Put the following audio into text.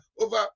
over